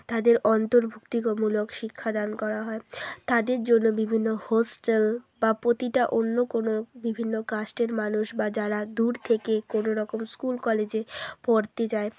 তাদের অন্তর্ভুক্তিমূলক শিক্ষাদান করা হয় তাদের জন্য বিভিন্ন হোস্টেল বা প্রতিটা অন্য কোনো বিভিন্ন কাস্টের মানুষ বা যারা দূর থেকে কোনোরকম স্কুল কলেজে পড়তে যায়